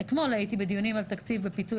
הייתי אתמול בדיונים על תקציב הפיצוי